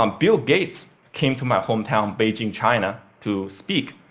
um bill gates came to my hometown beijing, china to speak,